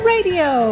Radio